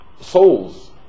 souls